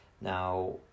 Now